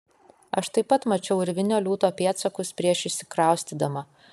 aš taip pat mačiau urvinio liūto pėdsakus prieš įsikraustydama